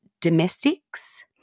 domestics